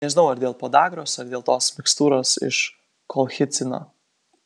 nežinau ar dėl podagros ar dėl tos mikstūros iš kolchicino